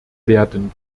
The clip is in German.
werden